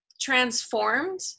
transformed